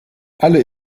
alle